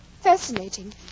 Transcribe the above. fascinating